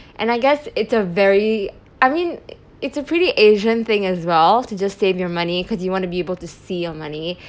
and I guess it's a very I mean it's a pretty asian thing as well to just save your money cause you want to be able to see your money